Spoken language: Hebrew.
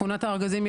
אבל תוכנית הארגזים,